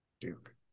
Duke